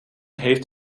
heeft